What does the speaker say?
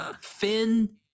Finn